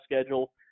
schedule